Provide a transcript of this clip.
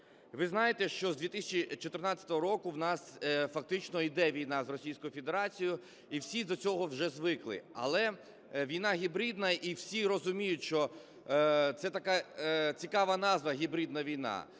Ви знаєте, що з 2014 року в нас фактично йде війна з Російською Федерацією і всі до цього вже звикли. Але війна гібридна, і всі розуміють, що це така цікава назва "гібридна війна",